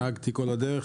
נהגתי כל הדרך,